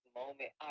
moment